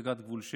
הסגת גבול,